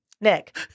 Nick